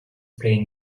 playing